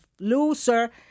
loser